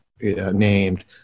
named